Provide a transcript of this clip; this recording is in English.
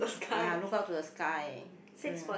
ya look up to the sky mm